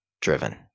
driven